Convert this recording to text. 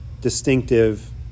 distinctive